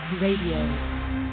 Radio